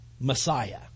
Messiah